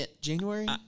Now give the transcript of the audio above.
January